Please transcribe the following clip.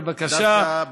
בבקשה,